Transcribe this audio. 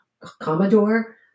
Commodore